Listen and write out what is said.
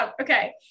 Okay